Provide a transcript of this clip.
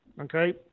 okay